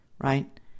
right